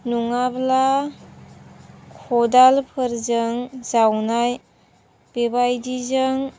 नङाब्ला खदालफोरजों जावनाय बेबायदिजों